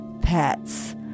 pets